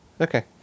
Okay